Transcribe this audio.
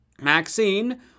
Maxine